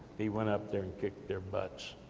he went up there, and kicked their butts.